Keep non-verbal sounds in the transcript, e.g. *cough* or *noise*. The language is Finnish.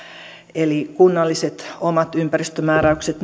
eli kunnalliset omat ympäristömääräykset *unintelligible*